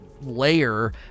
Layer